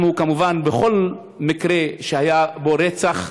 אנחנו, כמובן, בכל מקרה שהיה בו רצח,